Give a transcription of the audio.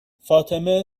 فاطمه